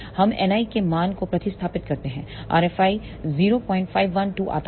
हम N iके मान को प्रतिस्थापित करते हैं rFi 0512 आता है